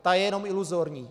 Ta je jenom iluzorní.